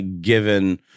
given